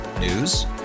News